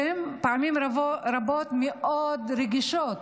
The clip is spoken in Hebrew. שפעמים רבות מאוד רגישה,